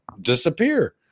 disappear